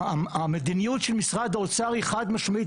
המדיניות של משרד האוצר היא חד משמעית.